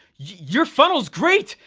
your funnel's great,